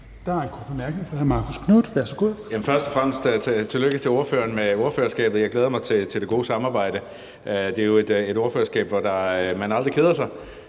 Der er en kort bemærkning fra hr. Marcus Knuth. Værsgo. Kl. 17:02 Marcus Knuth (KF): Først og fremmest tillykke til ordføreren med ordførerskabet. Jeg glæder mig til det gode samarbejde. Det er jo et ordførerskab, hvor man aldrig keder sig.